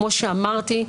כמו שאמרתי,